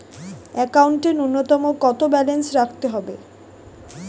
একাউন্টে নূন্যতম কত ব্যালেন্স রাখতে হবে?